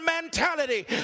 mentality